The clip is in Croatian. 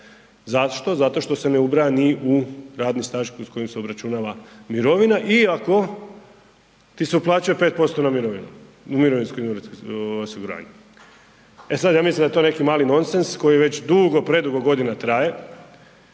Zašto? Zato što se ne ubraja ni u radni staž s kojim se obračunava mirovina i ako ti se uplaćuje 5% na mirovinu u mirovinsko i invalidsko osiguranje. E sad ja mislim da je to neki mali nonsens koji već dugo predugo godina traje